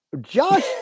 Josh